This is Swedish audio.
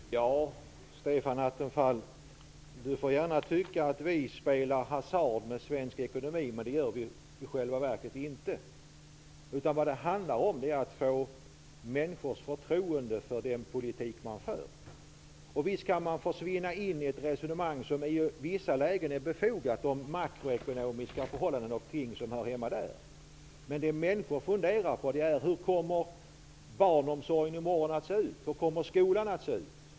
Herr talman! Stefan Attefall får gärna tycka att vi spelar hasard med svensk ekonomi, men det gör vi i själva verket inte. Det handlar om att få människors förtroende för den politik man för. Visst kan man försvinna in i ett resonemang, som i vissa lägen är befogat, om makt och ekonomiska förhållanden och ting som hör hemma där. Men det människor funderar på är detta: Hur kommer barnomsorgen att se ut i morgon? Hur kommer skolan att se ut?